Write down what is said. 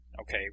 Okay